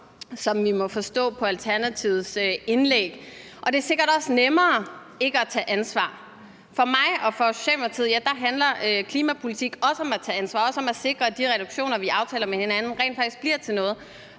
som vi må forstå på Alternativets indlæg er tilfældet, og det er sikkert også nemmere ikke at tage ansvar. For mig og for Socialdemokratiet handler klimapolitik også om at tage ansvar og om at sikre, at de reduktioner, vi aftaler med hinanden, rent faktisk bliver til noget.